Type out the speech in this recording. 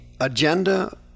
agenda